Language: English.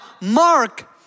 Mark